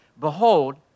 Behold